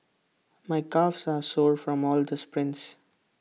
my calves are sore from all the sprints